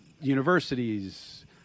universities